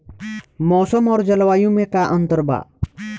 मौसम और जलवायु में का अंतर बा?